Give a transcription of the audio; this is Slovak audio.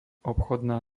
obchodná